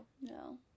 No